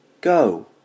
go